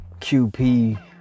QP